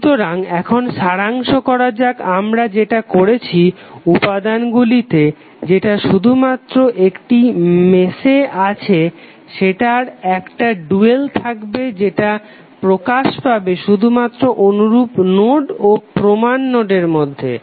সুতরাং এখন সারাংশ করা যাক আমরা যেটা করেছি উপাদানগুলিতে যেটা শুধুমাত্র একটি মেশে আছে সেটার একটা ডুয়াল থাকবে যেটা প্রকাশ পাবে শুধুমাত্র অনুরূপ নোড ও প্রমান নোডের মধ্যে